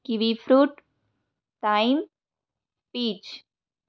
kiwi fruit thyme peach